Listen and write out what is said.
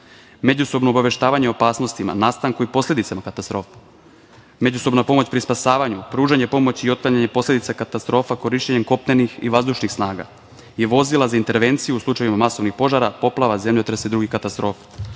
međusobno obaveštavanje o opasnostima, nastanku i posledicama katastrofe, međusobna pomoć pri spasavanju, pružanje pomoći i otklanjanje posledica katastrofa korišćenjem kopnenih i vazdušnih snaga i vozila za intervenciju u slučaju masovnih požara, poplava, zemljotresa i drugih katastrofa.